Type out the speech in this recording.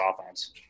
offense